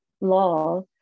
law